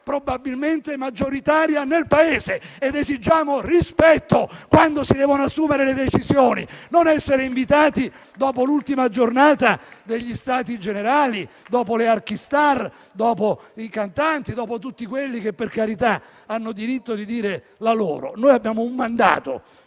probabilmente maggioritaria nel Paese, ed esigiamo rispetto quando si devono assumere le decisioni, non essere invitati dopo l'ultima giornata degli stati generali, dopo le archistar, i cantanti, dopo tutti quelli che, per carità, hanno diritto di dire la loro. Noi abbiamo un mandato